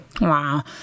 Wow